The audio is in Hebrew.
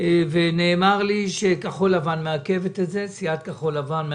נאמר לי שכחול לבן מעכבת את ההחלטה